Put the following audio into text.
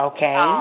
Okay